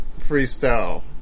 freestyle